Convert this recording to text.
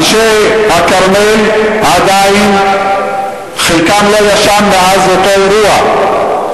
אנשי הכרמל, עדיין, חלקם לא ישן מאז אותו אירוע.